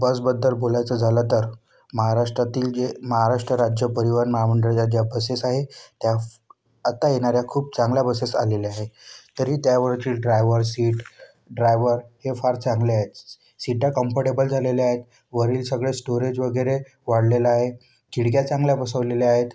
बसबद्दल बोलायचं झालं तर महाराष्ट्रातील जे महाराष्ट्र राज्य परिवहन महामंडळ या ज्या बसेस आहे त्या आत्ता येणाऱ्या खूप चांगल्या बसेस आलेल्या आहे तरी त्यावरचे ड्रायव्हर्स सीट ड्रायव्हर हे फार चांगले आहेत सीटा कम्फर्टेबल झालेल्या आहेत वरील सगळं स्टोरेज वगैरे वाढलेले आहे खिडक्या चांगल्या बसवलेल्या आहेत